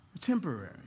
Temporary